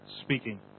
speaking